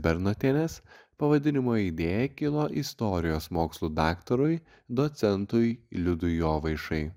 bernotienės pavadinimo idėja kilo istorijos mokslų daktarui docentui liudui jovaišai